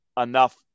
enough